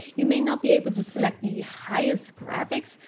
you may not be able to select the highest graphics,